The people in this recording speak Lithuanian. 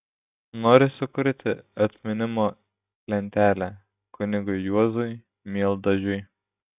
nori sukurti atminimo lentelę kunigui juozui mieldažiui